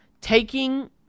Taking